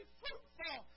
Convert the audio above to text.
fruitful